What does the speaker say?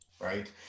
right